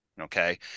okay